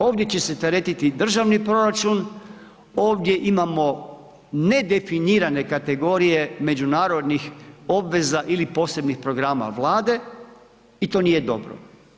Ovdje će se teretiti i državni proračun, ovdje imamo nedefinirane kategorije međunarodnih obveza ili posebnih programa Vlade i to nije dobro.